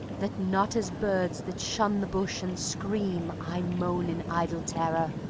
that not as birds that shun the bush and scream i moan in idle terror.